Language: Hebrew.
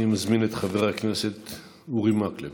אני מזמין את חבר הכנסת אורי מקלב.